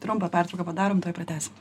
trumpą pertrauką padarom tuoj pratęsim